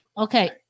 Okay